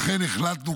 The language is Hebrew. לכן החלטנו,